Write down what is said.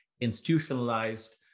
institutionalized